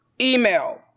email